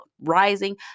rising